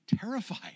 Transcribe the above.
terrified